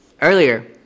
earlier